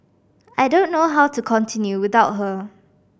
I don't know how to continue without her